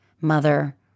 mother